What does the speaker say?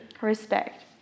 Respect